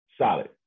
solid